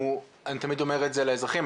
אני תמיד אומר את זה לאזרחים,